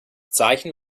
zeichen